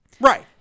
Right